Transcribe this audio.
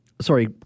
Sorry